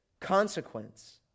consequence